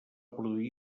produir